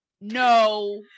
no